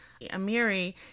Amiri